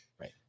Right